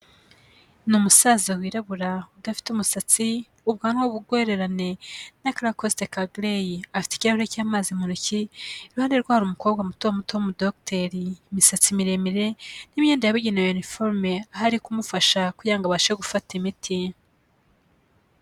Ni umusaza wirabura udafite umusatsi, ubwanwa bw'urwererane n'akarakosite ka gereyi. Afite ikirahure cy'amazi mu ntoki, iruhande rwe hari umukobwa muto muto w'umudogiteri, imisatsi miremire n'imyenda yabugenewe ya iniforume. Aho ari kumufasha kugira ngo abashe gufata imiti.